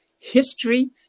history